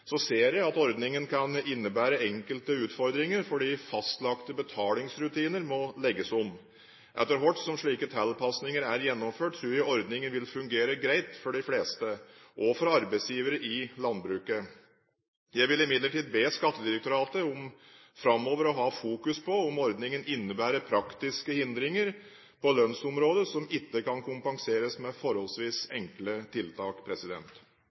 ser jeg at ordningen kan innebære enkelte utfordringer, fordi fastlagte betalingsrutiner må legges om. Etter hvert som slike tilpasninger er gjennomført, tror jeg ordningen vil fungere greit for de fleste, også for arbeidsgivere i landbruket. Jeg vil imidlertid be Skattedirektoratet om framover å ha fokus på om ordningen innebærer praktiske hindringer på lønnsområdet som ikke kan kompenseres med forholdsvis enkle tiltak.